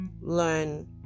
learn